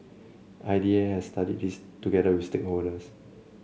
I D A has studied this together with stakeholders